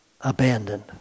abandoned